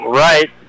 right